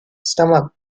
stomach